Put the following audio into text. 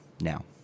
now